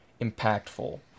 impactful